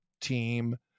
team